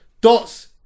dots